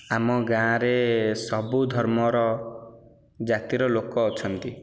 ଆମ ଗାଁରେ ସବୁ ଧର୍ମର ଜାତିର ଲୋକ ଅଛନ୍ତି